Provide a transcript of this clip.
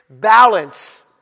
balance